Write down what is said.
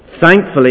Thankfully